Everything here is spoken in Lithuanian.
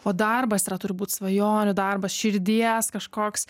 o darbas yra turbūt svajonių darbas širdies kažkoks